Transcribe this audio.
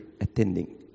attending